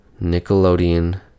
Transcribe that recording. Nickelodeon